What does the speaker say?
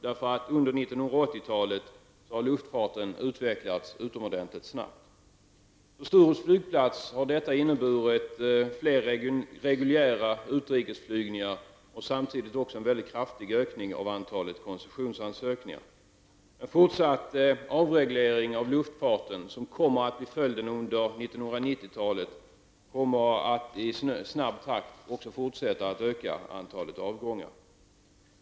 Under 1980-talet har luftfarten utvecklats utomordentligt snabbt. För Sturups flygplats har detta inneburit fler reguljära utrikesflygningar och samtidigt en mycket kraftig ökning av antalet koncessionsansökningar. En fortsatt avreglering av luftfarten, som kommer att ske under 1990-talet, kommer att i snabb takt fortsätta att öka antalet avgångar.